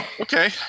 Okay